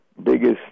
biggest